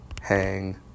hang